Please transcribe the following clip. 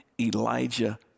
Elijah